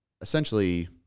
essentially